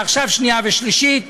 ועכשיו שנייה ושלישית.